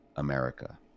America